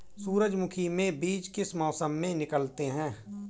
सूरजमुखी में बीज किस मौसम में निकलते हैं?